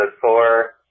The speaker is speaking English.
four